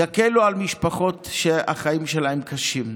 זה יקל על משפחות שהחיים שלהן קשים.